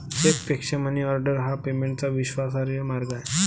चेकपेक्षा मनीऑर्डर हा पेमेंटचा विश्वासार्ह मार्ग आहे